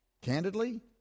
candidly